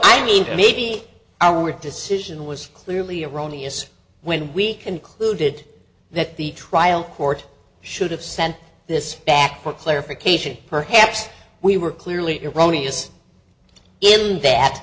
i mean maybe our decision was clearly erroneous when we concluded that the trial court should have sent this back for clarification perhaps we were clearly erroneous in that